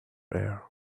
air